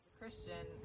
Christian